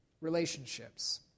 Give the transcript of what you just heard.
relationships